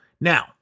now